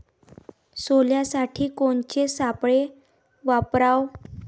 सोल्यासाठी कोनचे सापळे वापराव?